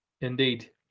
Indeed